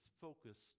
focused